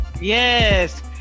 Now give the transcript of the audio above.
yes